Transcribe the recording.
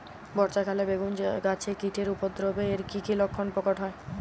বর্ষা কালে বেগুন গাছে কীটের উপদ্রবে এর কী কী লক্ষণ প্রকট হয়?